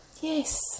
Yes